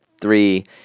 three